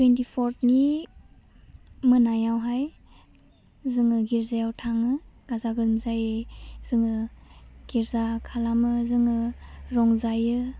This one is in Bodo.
टुइन्टिफर्टनि मोनायावहाय जोङो गिरजायाव थाङो गाजा गोमजायै जोङो गिरजा खालामो जोङो रंजायो